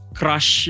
crush